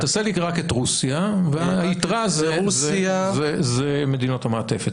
תעשה לי רק את רוסיה והיתרה זה מדינות המעטפת,